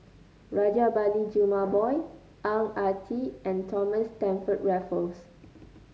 Rajabali Jumabhoy Ang Ah Tee and Thomas Stamford Raffles